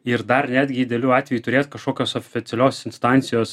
ir dar netgi idealiu atveju turėt kažkokios oficialios instancijos